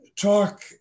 talk